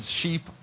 sheep